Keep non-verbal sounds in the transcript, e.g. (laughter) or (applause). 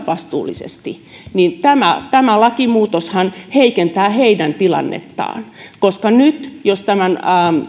(unintelligible) vastuullisesti niin tämä tämä lakimuutoshan heikentää niiden kaivosyhtiöiden tilannetta jotka toimivat vastuullisesti koska jos tämän